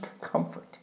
comfort